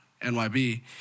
NYB